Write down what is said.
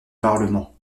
parlement